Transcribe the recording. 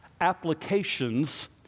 applications